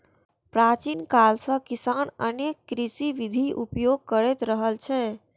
प्राचीन काल सं किसान अनेक कृषि विधिक उपयोग करैत रहल छै